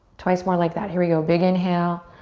twice more like that, here we go. big inhale.